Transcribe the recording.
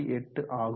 8 ஆகும்